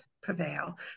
prevail